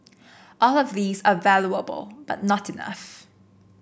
all of these are valuable but not enough